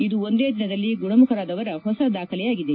ಇದು ಒಂದೇ ದಿನದಲ್ಲಿ ಗುಣಮುಖರಾದವರ ಹೊಸ ದಾಖಲೆಯಾಗಿದೆ